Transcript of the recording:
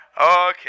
Okay